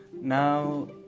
now